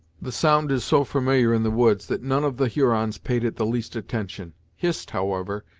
the sound is so familiar in the woods, that none of the hurons paid it the least attention. hist, however,